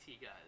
guys